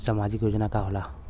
सामाजिक योजना का होला?